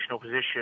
position